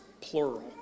plural